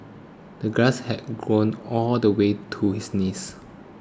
the grass had grown all the way to his knees